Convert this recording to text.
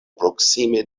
proksime